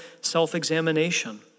self-examination